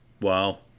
wow